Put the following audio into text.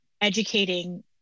educating